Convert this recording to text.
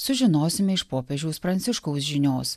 sužinosime iš popiežiaus pranciškaus žinios